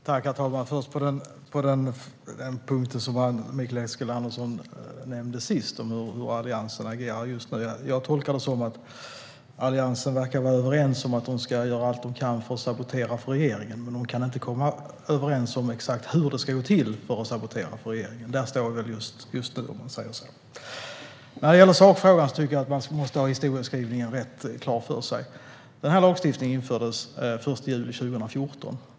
Herr talman! Låt mig först ta upp den punkt Mikael Eskilandersson nämnde sist om hur Alliansen agerar just nu. Jag tolkar det som att Alliansen verkar vara överens om att man ska göra allt man kan för att sabotera för regeringen, men man kan inte komma överens om exakt hur det ska gå till att sabotera för regeringen. Där står vi just nu. När det gäller sakfrågan måste vi ha historieskrivningen klar för oss. Den här lagstiftningen infördes den 1 juli 2014.